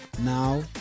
Now